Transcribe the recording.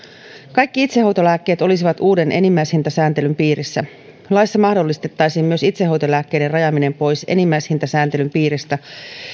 kaikki itsehoitolääkkeet olisivat uuden enimmäishintasääntelyn piirissä laissa mahdollistettaisiin myös itsehoitolääkkeiden rajaaminen pois enimmäishintasääntelyn piiristä